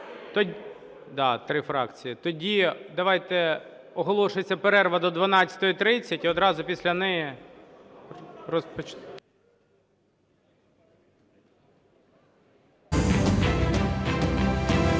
Тоді давайте, оголошується перерва до 12:30. І одразу після неї розпочнемо...